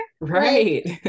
Right